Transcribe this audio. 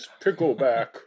pickleback